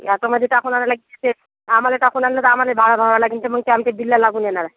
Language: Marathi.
ह्याच्यामध्ये टाकून आणायला लागते ते आम्हाला टाकून आणलं तर आम्हाला ही भाव भाव अलग लागेल मग ते आमच्या जिल्ह्याला लागून येणार आहे